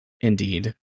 Indeed